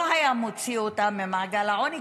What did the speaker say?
הוא לא היה מוציא אותם ממעגל העוני,